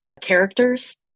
characters